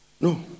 no